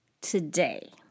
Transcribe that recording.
today